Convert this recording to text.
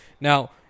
Now